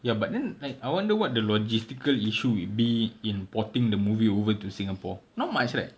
ya but then like I wonder what the logistical issue would be in importing the movie over to singapore not much right